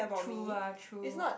true lah true